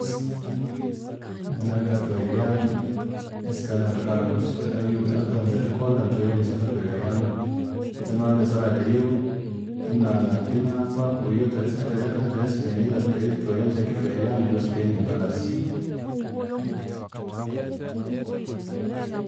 Neru inabya akathoweryamu esikananga kale obo abi akawunza erikolha inathoweryamu esyakathowerayamu kutse amabya inawithe e salary yiwe inananga inahamba kuyu athalya athalya spendinga inatsuka erithoweryamu esyakathowerayamu neryu inaspeadinga e balance